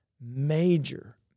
major